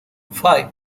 five